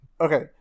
Okay